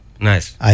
Nice